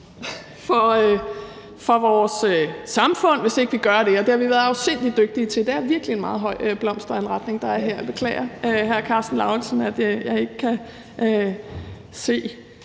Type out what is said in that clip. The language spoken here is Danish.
for vores samfund, hvis ikke vi gør det, og det har vi været afsindigt dygtige til. Det er virkelig en meget høj blomsteranretning, der er her. Jeg beklager til hr. Karsten Lauritzen, at jeg ikke kan se